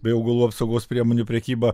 bei augalų apsaugos priemonių prekyba